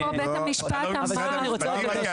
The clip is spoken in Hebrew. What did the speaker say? לא הבנתי,